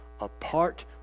apart